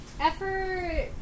Effort